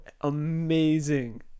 amazing